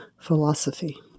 philosophy